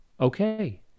Okay